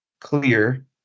clear